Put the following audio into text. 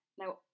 now